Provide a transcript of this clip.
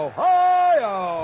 Ohio